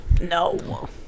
no